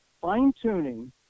fine-tuning